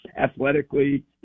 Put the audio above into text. athletically